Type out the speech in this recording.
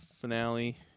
finale